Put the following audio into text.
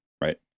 right